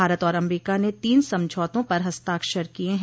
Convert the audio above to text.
भारत और अमरीका ने तीन समझौतों पर हस्ताक्षर किये हैं